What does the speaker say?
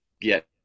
get